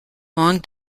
long